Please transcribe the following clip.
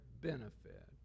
benefit